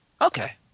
Okay